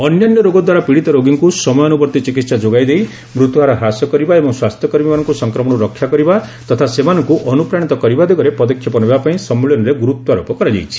ଅନ୍ୟାନ୍ୟ ରୋଗ ଦ୍ୱାରା ପୀଡିତ ରୋଗୀଙ୍କୁ ସମୟାନୁବର୍ତ୍ତୀ ଚିକିତ୍ସା ଯୋଗାଇଦେଇ ମୃତ୍ୟୁହାର ହ୍ରାସ କରିବା ଏବଂ ସ୍ୱାସ୍ଥ୍ୟକର୍ମୀମାନଙ୍କୁ ସଂକ୍ରମଣରୁ ରକ୍ଷା କରିବା ତଥା ସେମାନଙ୍କୁ ଅନୁପ୍ରାଶିତ କରିବା ଦିଗରେ ପଦକ୍ଷେପ ନେବାପାଇଁ ସମ୍ମିଳନୀରେ ଗୁରୁତ୍ୱାରୋପ କରାଯାଇଛି